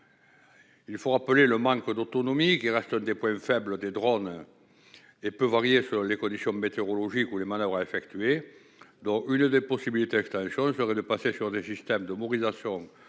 Il faut rappeler que l'autonomie reste l'un des points faibles des drones et peut varier selon les conditions météorologiques ou les manoeuvres à effectuer. L'une des possibilités d'extension serait de passer sur des systèmes de motorisation